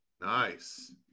nice